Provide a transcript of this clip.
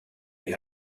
they